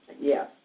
Yes